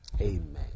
Amen